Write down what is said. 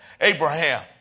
Abraham